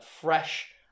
Fresh